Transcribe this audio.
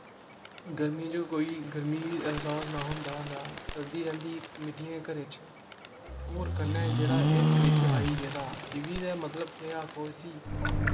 गर्मिये च कोई गर्मी दा एहसास नेईं हा होंदा सर्दी रैंह्दी गी मिट्टियें दे घरें च होर कन्नै जेह्ड़ा एह् फ्रिज आई गेदा एह् बी ते मतलब केह् आक्खो इसी